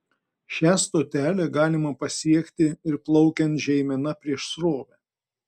šią stotelę galima pasiekti ir plaukiant žeimena prieš srovę